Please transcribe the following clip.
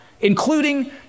including